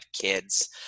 kids